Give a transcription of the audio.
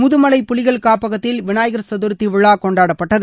முதுமலை புலிகள் காப்பகத்தில் விநாயகர் சதுர்த்தி விழா கொண்டாடப்பட்டது